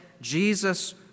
Jesus